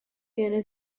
viene